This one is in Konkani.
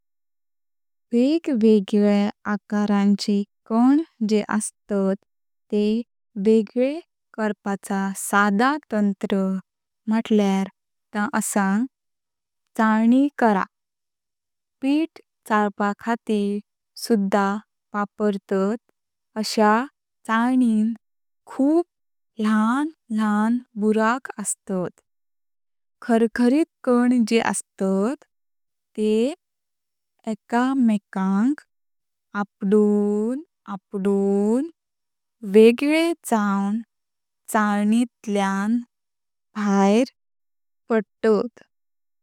वेगवेगळ्या आकारांचे कण जे असतात तेह वेगळे करून साधा तंत्र म्हटल्यार ता असा चालणी करप। पिठ चालापा खातीर सुद्धा वापरतात अश्या चालणिन खूप लहान लहान बुराक असतात। खरखरीत कण जे असतात तेह एकमेकांक आपडून आपडून वेगळे जाऊन चालणीतल्या भायर पडतात।